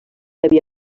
havia